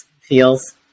feels